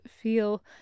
feel